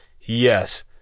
Yes